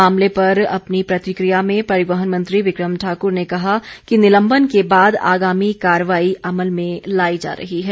मामले पर अपनी प्रतिक्रिया में परिवहन मंत्री बिक्रम ठाकुर ने कहा है कि निलंबन के बाद आगामी कार्रवाई अमल में लाई जा रही है